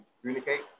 communicate